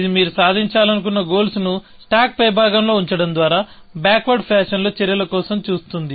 ఇది మీరు సాధించాలనుకున్న గోల్స్ ను స్టాక్ పై భాగంలో ఉంచడం ద్వారా బ్యాక్వర్డ్ ఫ్యాషన్ లో చర్యల కోసం చూస్తుంది